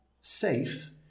safe